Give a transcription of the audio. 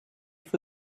for